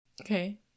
Okay